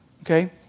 Okay